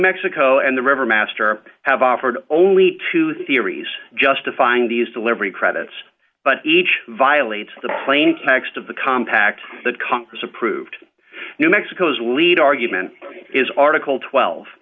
mexico and the river master have offered only two theories justifying these delivery credits but each violates the plain text of the compact that congress approved new mexico's lead argument is article twelve